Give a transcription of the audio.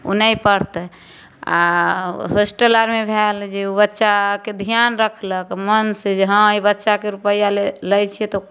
ओ नहि पढ़तै आओर हॉस्टल आरमे भेल जे बच्चाके धिआन राखलक मोनसे जे हँ एहि बच्चाके रुपैआ लै छिए तऽ